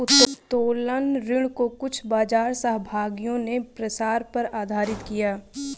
उत्तोलन ऋण को कुछ बाजार सहभागियों ने प्रसार पर आधारित किया